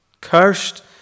Cursed